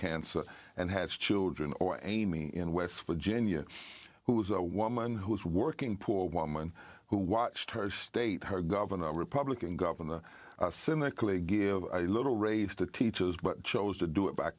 cancer and has children or amy in west virginia who is a woman who is working poor woman who watched her state her governor republican governor cynically give a little raise to teachers but chose to do it by